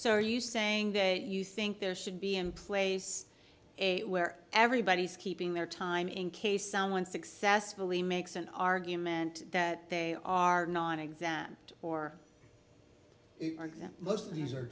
so are you saying they you think there should be in place a where everybody's keeping their time in case someone successfully makes an argument that they are nonexempt or that most of these are